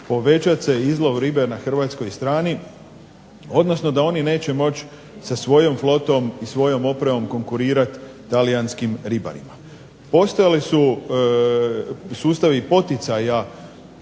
povećat se izlov ribe na hrvatskoj strani, odnosno da oni neće moći sa svojom flotom i svojom opremom konkurirati talijanskim ribarima. Postojale su sustavi poticaja